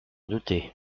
douter